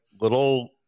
little